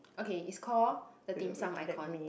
okay it's call the dim-sum icon